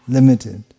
Limited